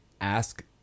ask